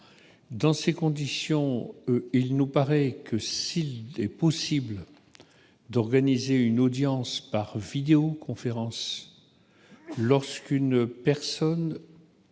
Dès lors, il nous semble que, s'il est possible d'organiser une audience par vidéoconférence lorsqu'une personne